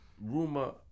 Rumor